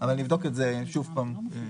שוב פעם.